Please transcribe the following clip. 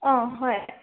অঁ হয়